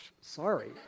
sorry